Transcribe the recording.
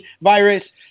virus